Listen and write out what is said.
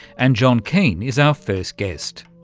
and john keane is our first guest.